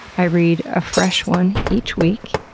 i read a fresh one each week.